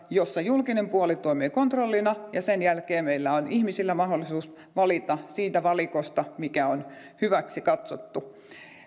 jossa julkinen puoli toimii kontrolloijana ja sen jälkeen meillä on ihmisillä mahdollisuus valita siitä valikosta mikä on hyväksi katsottu